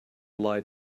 lied